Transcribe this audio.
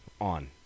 on